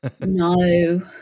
no